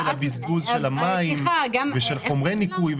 הסביבתי של הבזבוז של המים ושל חומרי ניקוי,